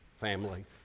family